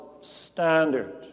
standard